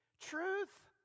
Truth